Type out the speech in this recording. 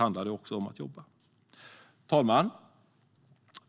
Herr talman!